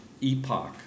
epoch